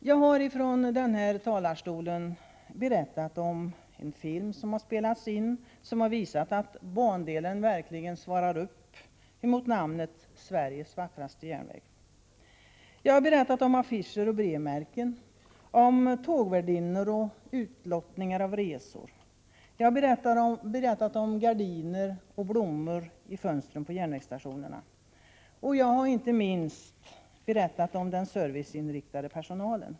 Jag har från denna talarstol berättat om en film som spelats in som visat att bandelen verkligen svarar upp mot namnet ”Sveriges vackraste järnväg”. Jag har berättat om affischer och brevmärken, om tågvärdinnor och utlottningar av resor, jag har berättat om gardiner och blommor i fönstren på järnvägsstationerna, och jag har inte minst berättat om den serviceinriktade personalen.